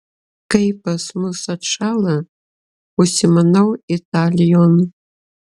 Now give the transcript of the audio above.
kai pas mus atšąla užsimanau italijon